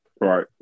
Right